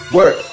Work